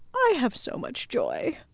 i have so much joy.